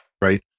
right